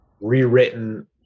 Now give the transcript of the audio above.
rewritten